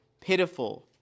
pitiful